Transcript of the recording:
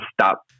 stop